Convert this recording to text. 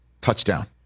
Touchdown